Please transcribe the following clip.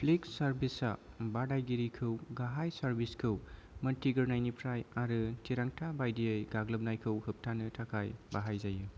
flick सार्विसा बादायगिरिखौ गाहाय सार्विसखौ मोनथिग्रनायनिफ्राय आरो थिरांथा बायदियै गाग्लोबनायखौ होबथानो थाखाय बाहाय जायो